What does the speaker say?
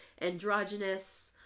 androgynous-